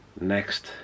next